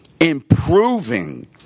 Improving